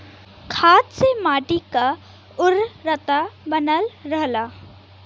खाद से मट्टी क उर्वरता बनल रहला